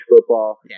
football